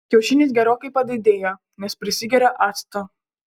kiaušinis gerokai padidėja nes prisigeria acto